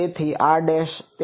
તેથીr